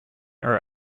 are